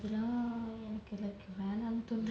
நான் எனக்கு வேணாம்னு தோணுது:naan ennaku venamnu thonuthu